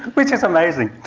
which is amazing.